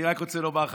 אני רק רוצה לומר לך,